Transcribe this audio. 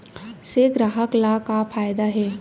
से ग्राहक ला का फ़ायदा हे?